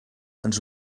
ens